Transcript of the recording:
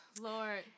lord